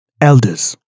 elders